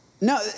no